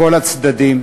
מכל הצדדים